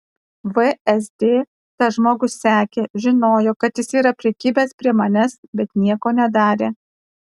vsd tą žmogų sekė žinojo kad jis yra prikibęs prie manęs bet nieko nedarė